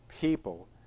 people